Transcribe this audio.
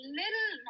little